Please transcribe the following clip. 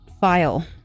file